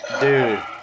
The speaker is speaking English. Dude